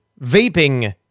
vaping